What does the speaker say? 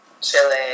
chilling